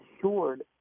assured